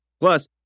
Plus